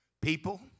People